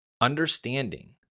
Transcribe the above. Understanding